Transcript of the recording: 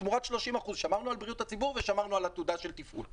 ותמורת 30% שמרנו על בריאות הציבור ושמרנו על עתודה של תפעול.